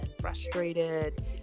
frustrated